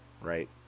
right